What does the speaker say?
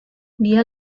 dia